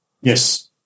Yes